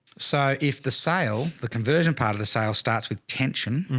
so if the sale, the conversion part of the sale starts with tension.